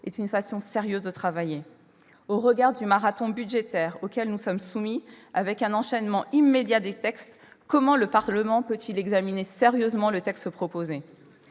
est-ce une façon sérieuse de travailler ? Au regard du marathon budgétaire auquel nous sommes soumis, avec un enchaînement immédiat des textes, comment le Parlement peut-il examiner sérieusement celui qui nous